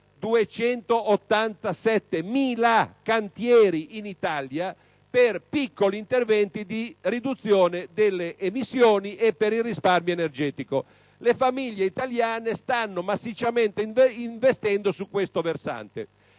287.000 cantieri in Italia per piccoli interventi in abitazioni per la riduzione delle emissioni e per il risparmio energetico. Le famiglie italiane stanno massicciamente investendo su questo versante.